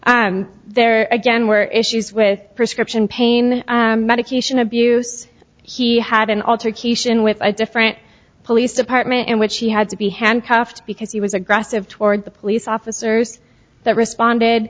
and there again were issues with prescription pain medication abuse he had an altercation with a different police department in which he had to be handcuffed because he was aggressive toward the police officers that responded